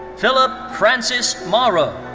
philip francis mauro,